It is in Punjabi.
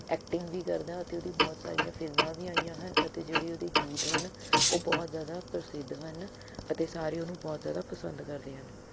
ਐਕਟਿੰਗ ਵੀ ਕਰਦਾ ਅਤੇ ਉਹ ਦੀਆਂ ਬਹੁਤ ਸਾਰੀਆਂ ਫਿਲਮਾਂ ਵੀ ਆਈਆਂ ਹਨ ਅਤੇ ਜਿਹੜੇ ਉਹਦੇ ਗੀਤ ਹਨ ਉਹ ਬਹੁਤ ਜ਼ਿਆਦਾ ਪ੍ਰਸਿੱਧ ਹਨ ਅਤੇ ਸਾਰੇ ਓਹਨੂੰ ਬਹੁਤ ਜ਼ਿਆਦਾ ਪਸੰਦ ਕਰਦੇ ਹਨ